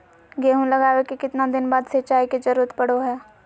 गेहूं लगावे के कितना दिन बाद सिंचाई के जरूरत पड़ो है?